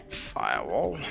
firewall.